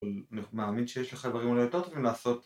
אני מאמין שיש לכם דברים יותר טובים לעשות